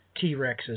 T-Rexes